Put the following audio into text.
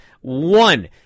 one